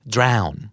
Drown